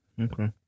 Okay